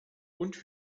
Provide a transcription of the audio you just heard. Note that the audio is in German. und